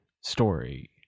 story